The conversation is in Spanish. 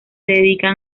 dedican